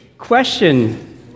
Question